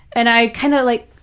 and i kind of like,